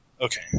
Okay